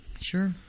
Sure